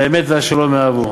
והאמת והשלום אהבו.